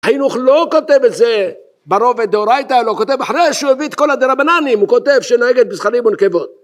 החינוך לא כותב את זה ברובד דאורייתא, לא כותב, אחרי שהוא הביא את כל הדרבנן'ים, הוא כותב שנוהגת בזכרים ונקבות